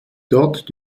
dort